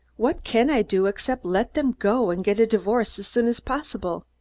what can i do, except let them go and get a divorce as soon as possible?